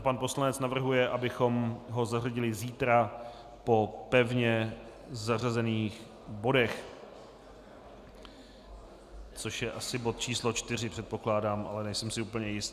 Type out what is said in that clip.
Pan poslanec navrhuje, abychom ho zařadili zítra po pevně zařazených bodech, což je asi bod číslo 4, předpokládám, ale nejsem si úplně jist.